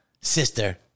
sister